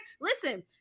listen